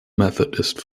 methodist